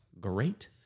great